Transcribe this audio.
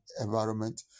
environment